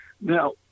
Now